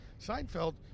seinfeld